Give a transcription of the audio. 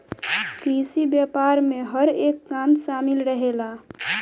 कृषि व्यापार में हर एक काम शामिल रहेला